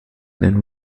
than